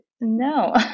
no